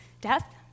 Death